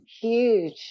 huge